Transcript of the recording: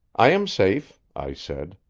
i am safe, i said,